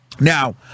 Now